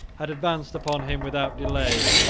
had advanced upon him without delay,